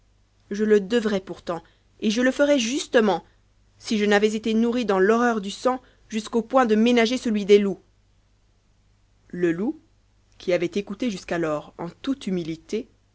je le devrais peut-être et je le ferais justement si je n'avais été nourri dans l'horreur du sang jusqu'au point de ménager celui des loups le loup qui avait écouté jusqu'alors en toute humilité